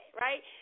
right